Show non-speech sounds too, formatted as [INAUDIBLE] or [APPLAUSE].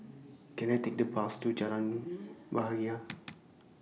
[NOISE] Can I Take The Bus to Jalan Bahagia